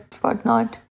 whatnot